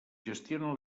gestiona